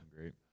Great